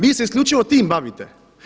Vi se isljučivo time bavite.